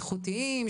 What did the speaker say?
איכותיים,